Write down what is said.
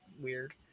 weird